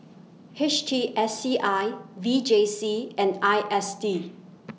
H T S C I V J C and I S D